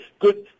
good